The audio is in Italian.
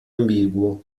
ambiguo